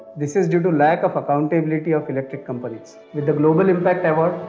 this is due to lack of accountability of electric companies. with the global impact award,